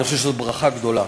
אני חושב שזאת ברכה גדולה.